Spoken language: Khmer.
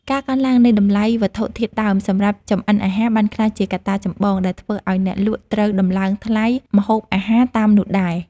ការកើនឡើងនៃតម្លៃវត្ថុធាតុដើមសម្រាប់ចម្អិនអាហារបានក្លាយជាកត្តាចម្បងដែលធ្វើឱ្យអ្នកលក់ត្រូវដំឡើងថ្លៃម្ហូបអាហារតាមនោះដែរ។